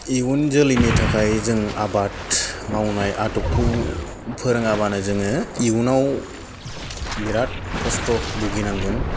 इयुन जोलैनि थाखाय जों आबाद मावनाय आदबखौ फोरोङाबानो जोङो इयुनाव बिराद खस्त भुगिनांगोन